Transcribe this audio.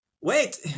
Wait